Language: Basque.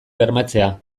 bermatzea